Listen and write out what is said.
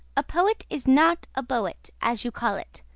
a poet is not a bo-at, as you call it.